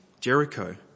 Jericho